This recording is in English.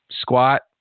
squat